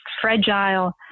fragile